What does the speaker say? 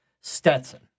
Stetson